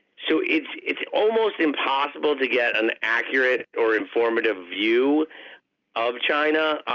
so it's it's almost impossible to get an accurate or informative view of china.